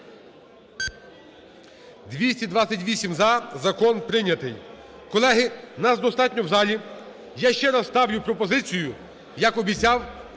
За-228 Закон прийнятий. Колеги, нас достатньо в залі. Я ще раз ставлю пропозицію, як обіцяв,